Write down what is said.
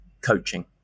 coaching